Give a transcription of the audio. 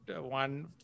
one